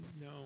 No